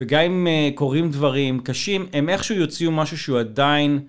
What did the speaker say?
וגם אם קורים דברים קשים, הם איכשהו יוציאו משהו שהוא עדיין...